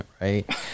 right